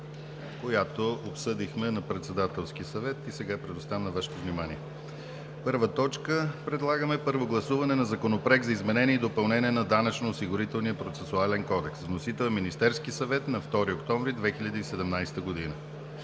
която обсъдихме на Председателския съвет и сега я предоставям на Вашето внимание. 1. Първо гласуване на Законопроект за изменение и допълнение на Данъчно-осигурителния процесуален кодекс. Вносител е Министерският съвет на 2 октомври 2017 г.